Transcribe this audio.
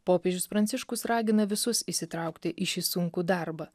popiežius pranciškus ragina visus įsitraukti į šį sunkų darbą